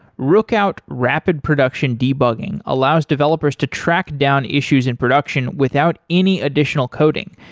rookout rapid production debugging allows developers to track down issues in production without any additional coding.